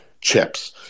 chips